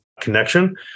connection